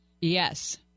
Yes